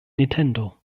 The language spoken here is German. nintendo